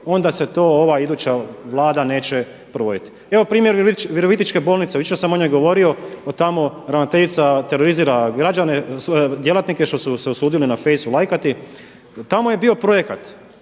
onda se to ova iduća Vlada neće provoditi. Evo primjer Virovitičke bolnice. Jučer sam o njoj govorio. Tamo ravnateljica terorizira građane, svoje djelatnike što su se usudili na Facebooku lajkati. Tamo je bio projekat,